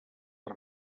per